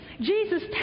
Jesus